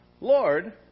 Lord